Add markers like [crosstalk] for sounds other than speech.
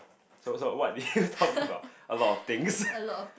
so so what did you [laughs] talk about a lot of things [laughs]